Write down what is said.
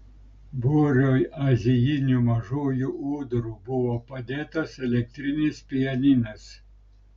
būriui azijinių mažųjų ūdrų buvo padėtas elektrinis pianinas